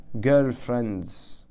girlfriends